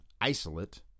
isolate